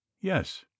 yes